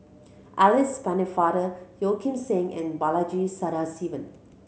Alice Pennefather Yeo Kim Seng and Balaji Sadasivan